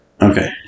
Okay